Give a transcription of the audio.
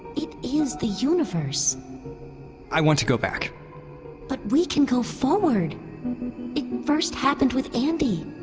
it is the universe i want to go back but we can go forward. it first happened with andi.